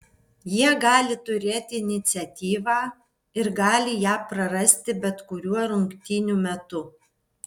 jie gali turėti iniciatyvą ir gali ją prarasti bet kuriuo rungtynių metu